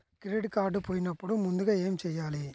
Credit card పోయినపుడు ముందుగా ఏమి చేయాలి?